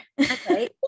Okay